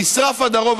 נשרף הדרום,